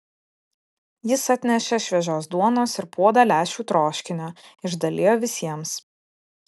jis atnešė šviežios duonos ir puodą lęšių troškinio išdalijo visiems